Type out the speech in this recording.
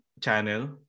channel